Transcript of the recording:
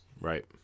Right